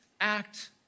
act